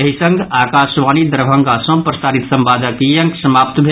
एहि संग आकाशवाणी दरभंगा सँ प्रसारित संवादक ई अंक समाप्त भेल